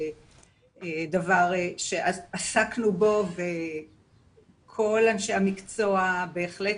זה דבר שעסקנו בו וכל אנשי המקצוע בהחלט,